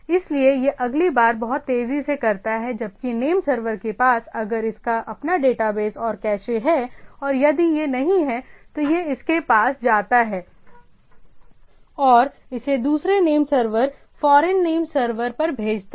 इसलिए यह अगली बार बहुत तेजी से करता है जबकि नेम सर्वर के पास अगर इसका अपना डेटाबेस और कैशे है और यदि यह नहीं है तो यह इसके पास जाता है और इसे दूसरे name server foreign name server पर भेजता है